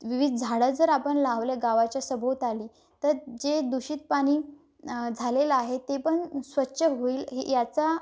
विविध झाडं जर आपण लावले गावाच्या सभोवताली तर जे दूषित पाणी झालेलं आहे ते पण स्वच्छ होईल हे याचा